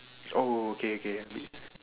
oh okay okay I believe